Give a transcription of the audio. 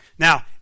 Now